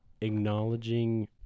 acknowledging